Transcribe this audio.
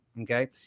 Okay